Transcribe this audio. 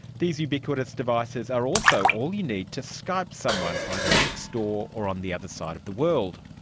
these ubiquitous devices are also all you need to skype someone, either next door or on the other side of the world.